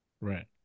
Right